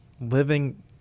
living